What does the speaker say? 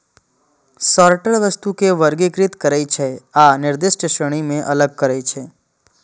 sorter वस्तु कें वर्गीकृत करै छै आ निर्दिष्ट श्रेणी मे अलग करै छै